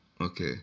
Okay